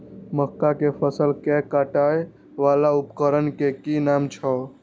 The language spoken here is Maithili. मक्का के फसल कै काटय वाला उपकरण के कि नाम छै?